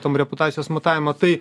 tom reputacijos matavimo tai